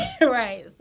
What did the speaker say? right